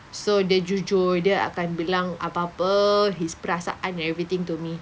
so dia jujur dia akan bilang apa apa his perasaan everything to me